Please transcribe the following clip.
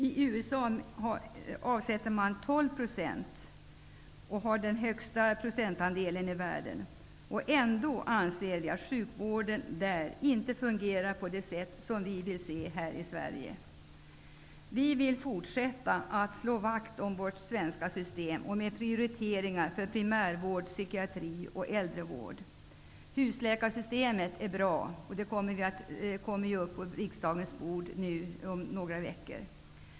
I USA avsätts 12 %, vilket är den högsta procentandelen i världen. Ändå anser vi att sjukvården där inte fungerar på det sätt vi vill att den skall fungera i Sverige. Vi vill fortsätta att slå vakt om vårt svenska system och att prioritera primärvård, psykiatri och äldrevård. Husläkarsystemet är bra, och det kommer ju upp på riksdagens bord om några veckor.